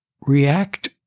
react